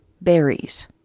berries